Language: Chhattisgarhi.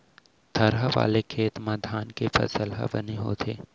थरहा वाले खेत म धान के फसल ह बने होथे